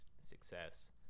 success